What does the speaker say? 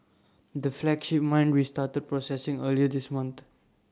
the flagship mine restarted processing earlier this month